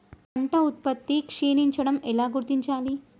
పంట ఉత్పత్తి క్షీణించడం ఎలా గుర్తించాలి?